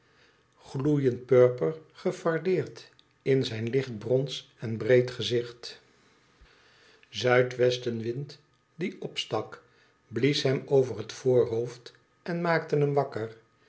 gloeiend purper gefardeerd in zijn lichtbrons en breed gezicht zuidwestenwind die opstak blies hem over het voorhoofd en maakte hem wakker